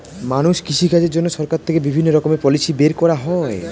মানুষের কৃষি কাজের জন্য সরকার থেকে বিভিন্ন রকমের পলিসি বের করা হয়